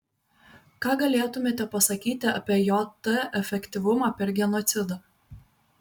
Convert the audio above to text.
ką galėtumėte pasakyti apie jt efektyvumą per genocidą